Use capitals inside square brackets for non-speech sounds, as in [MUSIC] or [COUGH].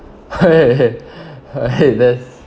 [LAUGHS] !hey! that's